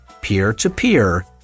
Peer-to-peer